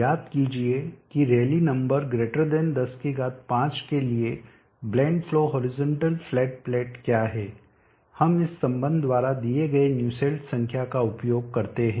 याद कीजिए कि रैली नंबर 105 के लिए blend flow horizontal flat plate क्या हैं हम इस संबंध द्वारा दिए गए न्यूसेल्ट संख्या का उपयोग करते हैं